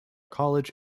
college